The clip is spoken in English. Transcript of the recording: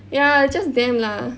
ya just them lah